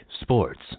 sports